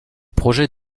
projets